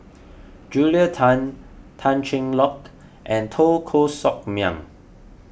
Julia Tan Tan Cheng Lock and Teo Koh Sock Miang